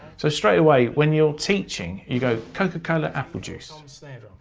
so straightaway when you're teaching, you go coke a cola, apple juice'.